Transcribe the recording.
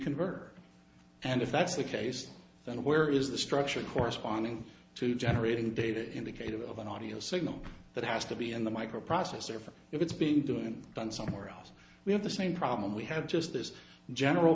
converter and if that's the case then where is the structure corresponding to generating data indicator of an audio signal that has to be in the microprocessor for if it's been doing done somewhere else we have the same problem we have just this general